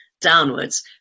downwards